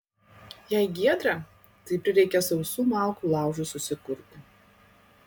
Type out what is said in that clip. jei giedra tai prireikia sausų malkų laužui susikurti